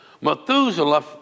Methuselah